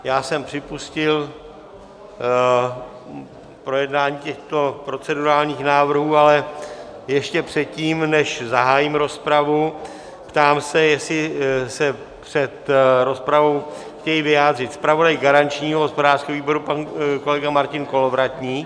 Já jsem připustil projednání těchto procedurálních návrhů, ale ještě předtím, než zahájím rozpravu, ptám se, jestli se před rozpravou chtějí vyjádřit zpravodaj garančního hospodářského výboru, pan kolega Martin Kolovratník?